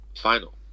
final